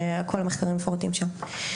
כל המחקרים מפורטים שם.